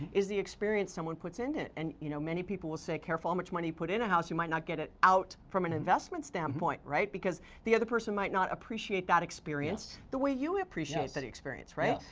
is the experience someone puts in it. and you know many people will say, careful how much money you put in a house, you might not get it out, from an investment standpoint, right? because the other person might not appreciate that experience yes. the way you appreciate that experience, right? yes.